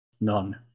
None